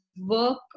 work